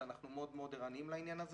אז אנחנו מאוד מאוד ערניים לעניין הזה